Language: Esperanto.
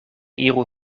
iru